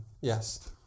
Yes